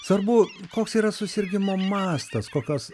svarbu koks yra susirgimo mastas kokios